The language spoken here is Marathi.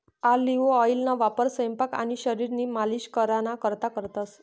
ऑलिव्ह ऑइलना वापर सयपाक आणि शरीरनी मालिश कराना करता करतंस